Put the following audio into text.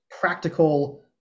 practical